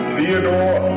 Theodore